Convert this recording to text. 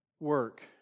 work